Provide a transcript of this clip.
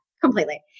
completely